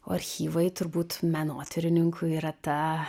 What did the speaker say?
o archyvai turbūt menotyrininkų yra ta